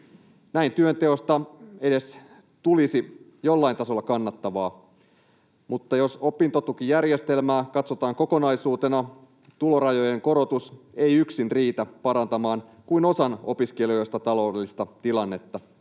Näin työnteosta tulisi edes jollain tasolla kannattavaa. Mutta jos opintotukijärjestelmää katsotaan kokonaisuutena, tulorajojen korotus ei yksin riitä parantamaan kuin osan opiskelijoista taloudellista tilannetta